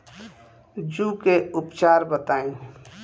जूं के उपचार बताई?